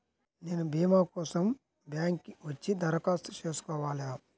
నేను భీమా కోసం బ్యాంక్కి వచ్చి దరఖాస్తు చేసుకోవాలా?